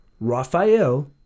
Raphael